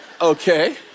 Okay